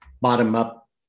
bottom-up